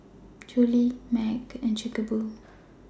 Julie's MAG and Chic A Boo